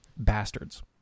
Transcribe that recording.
bastards